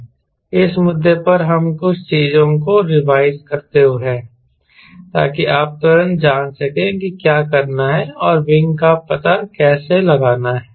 इस मुद्दे पर हम कुछ चीजों को रिवाइज करते हैं ताकि आप तुरंत जान सकें कि क्या करना है और विंग का पता कैसे लगाना है